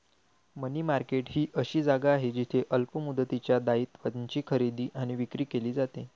मनी market ही अशी जागा आहे जिथे अल्प मुदतीच्या दायित्वांची खरेदी आणि विक्री केली जाते